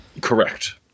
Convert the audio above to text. Correct